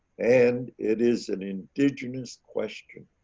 and it is an indigenous question.